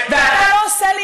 ואתה לא עושה לי,